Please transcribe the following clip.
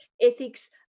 ethics